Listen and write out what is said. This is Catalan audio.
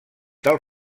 del